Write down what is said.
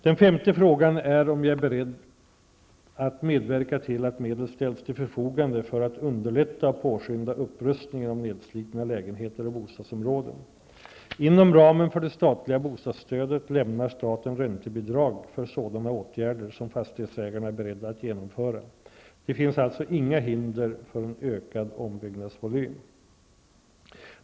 Den femte frågan är om jag är beredd att medverka till att medel ställs till förfogande för att underlätta och påskynda upprustningen av nedslitna lägenheter och bostadsområden. Inom ramen för det statliga bostadsstödet lämnar staten räntebidrag för sådana åtgärder som fastighetsägarna är beredda att genomföra. Det finns alltså inga hinder för en ökad ombyggnadsvolym.